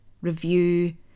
review